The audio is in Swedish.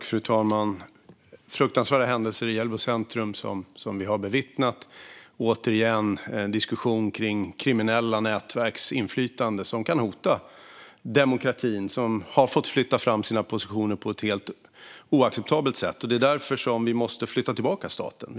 Fru talman! Det är fruktansvärda händelser i Hjällbo centrum som vi har bevittnat. Återigen blir det en diskussion om kriminella nätverks inflytande som kan hota demokratin och om hur dessa nätverk har fått flytta fram sina positioner på ett helt oacceptabelt sätt. Det är därför vi måste flytta tillbaka staten.